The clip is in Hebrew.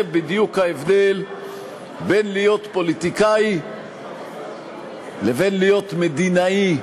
זה בדיוק ההבדל בין להיות פוליטיקאי לבין להיות מדינאי,